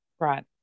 Right